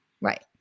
Right